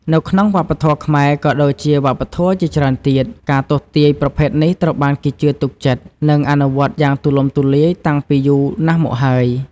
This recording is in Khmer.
នៅក្នុងវប្បធម៌ខ្មែរ ក៏ដូចជាវប្បធម៌ជាច្រើនទៀត ការទស្សន៍ទាយប្រភេទនេះត្រូវបានគេជឿទុកចិត្ត និងអនុវត្តយ៉ាងទូលំទូលាយតាំងពីយូរណាស់មកហើយ។